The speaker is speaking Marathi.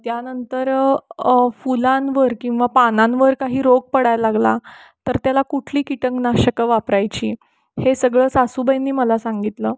त्यानंतर फुलांवर किंवा पानांवर काही रोग पडायला लागला तर त्याला कुठली कीटकनाशकं वापरायची हे सगळं सासूबाईंनी मला सांगितलं